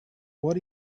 what